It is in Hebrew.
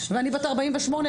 אני בת 48,